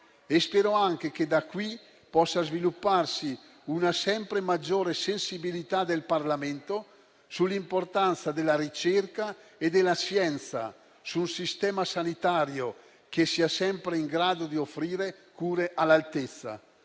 e spero anche che da qui possa svilupparsi una sempre maggiore sensibilità del Parlamento sull'importanza della ricerca, della scienza e di un sistema sanitario che sia sempre in grado di offrire cure all'altezza.